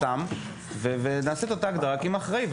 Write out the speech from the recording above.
תקיפה סתם ונעשה את אותה הגדרה של אחראי.